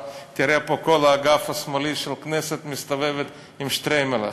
תראה פה את כל האגף השמאלי של הכנסת מסתובבים עם שטריימלך.